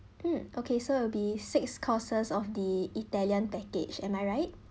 mm okay so it will be six courses of the itallian package am I right